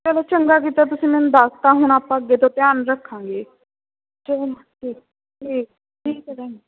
ਚਲੋ ਚੰਗਾ ਕੀਤਾ ਤੁਸੀਂ ਮੈਨੂੰ ਦੱਸਤਾ ਹੁਣ ਆਪਾਂ ਅੱਗੇ ਤੋਂ ਧਿਆਨ ਰੱਖਾਂਗੇ ਠੀਕ ਠੀਕ ਹੈ ਭੈਣ ਜੀ